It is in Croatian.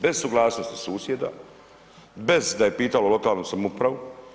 Bez suglasnosti susjeda, bez da je pitalo lokalnu samoupravu.